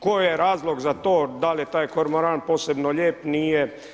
Koji je razlog za to, da li je taj kormoran posebno lijep, nije?